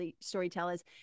storytellers